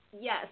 yes